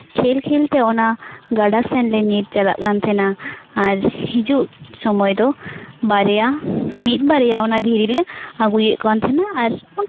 ᱠᱷᱮᱞ ᱠᱷᱮᱞ ᱛᱮ ᱚᱱᱟ ᱜᱟᱰᱟ ᱥᱮᱱᱞᱮ ᱧᱤᱨ ᱪᱟᱞᱟᱜ ᱠᱟᱱ ᱛᱟᱦᱮᱱᱟ ᱟᱨ ᱦᱤᱡᱩᱜ ᱥᱚᱢᱚᱭ ᱫᱚ ᱵᱟᱨᱭᱟ ᱢᱤᱫ ᱵᱟᱨᱭᱟ ᱚᱱᱟ ᱫᱷᱤᱨᱤ ᱞᱮ ᱟᱹᱜᱩᱭᱮᱜ ᱠᱟᱱ ᱛᱟᱦᱮᱱᱟ ᱟᱨ